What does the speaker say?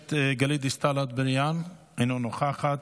הכנסת גלית דיסטל אטבריאן, אינה נוכחת.